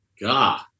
God